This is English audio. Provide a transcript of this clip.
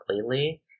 completely